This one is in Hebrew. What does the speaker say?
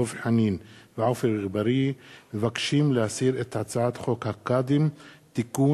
דב חנין ועפו אגבאריה מבקשים להסיר את הצעת חוק הקאדים (תיקון,